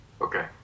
Okay